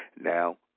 now